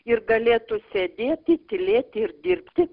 ir galėtų sėdėti tylėti ir dirbti